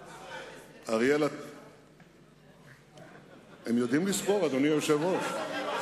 11. הם יודעים לספור, אדוני היושב-ראש.